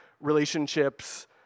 relationships